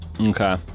Okay